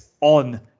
on